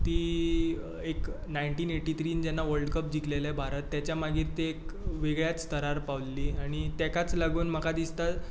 ती एक nineteen eighty three जेन्ना वल्ड कप जिंकलेले भारत तेच्या मागीर ते एक वेगळ्याच स्थरार पावल्ली आनी तेकाच लागून म्हाका दिसता